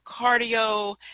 cardio